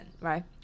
right